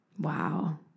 Wow